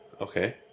Okay